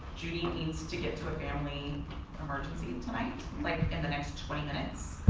judy needs to get to a family emergency tonight like in the next twenty minutes